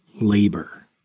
labor